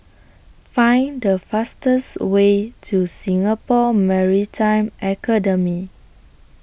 Find The fastest Way to Singapore Maritime Academy